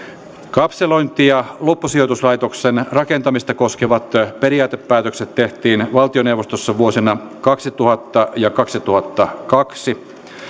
kapselointi ja loppusijoituslaitoksen rakentamista koskevat periaatepäätökset tehtiin valtioneuvostossa vuosina kaksituhatta ja kaksituhattakaksi